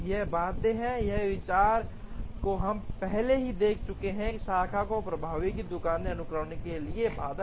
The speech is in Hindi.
यह बाध्य है इस विचार को हम पहले ही देख चुके हैं शाखा और प्रवाह की दुकान अनुक्रमण के लिए बाध्य